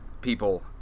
people